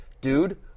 dude –